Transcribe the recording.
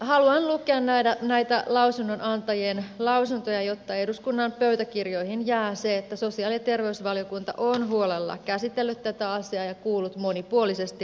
haluan lukea näitä lausunnonantajien lausuntoja jotta eduskunnan pöytäkirjoihin jää se että sosiaali ja terveysvaliokunta on huolella käsitellyt tätä asiaa ja kuullut monipuolisesti lausunnonantajia